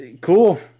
cool